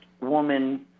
woman